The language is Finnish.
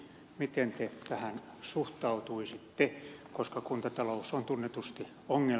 miten se tähän suhtautuisitte koska kuntatalous on tunnetusti omia